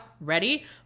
ready